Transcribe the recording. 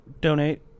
donate